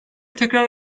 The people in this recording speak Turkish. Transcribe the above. tekrar